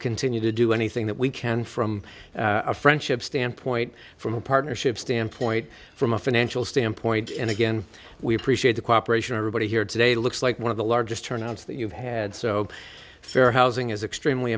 continue to do anything that we can from a friendship standpoint from a partnership standpoint from a financial standpoint and again we appreciate the cooperation everybody here today looks like one of the largest turnouts that you've had so fair housing is extremely